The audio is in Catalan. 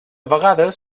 vegades